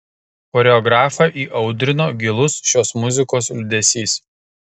choreografą įaudrino gilus šios muzikos liūdesys